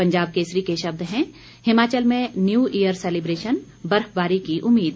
पंजाब केसरी के शब्द हैं हिमाचल में न्यू ईयर सैलिब्रेशन बर्फबारी की उम्मीद